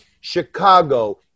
Chicago